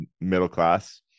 middle-class